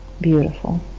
Beautiful